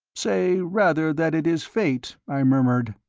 say, rather, that it is fate, i murmured.